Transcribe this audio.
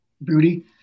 booty